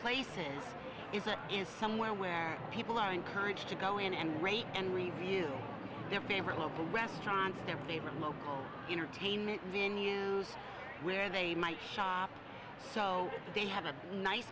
places isn't is somewhere where people are encouraged to go in and rate and review their favorite local restaurants their favorite local entertainment venue where they might shop so they have a nice